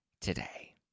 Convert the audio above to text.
today